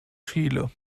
chile